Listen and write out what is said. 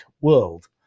world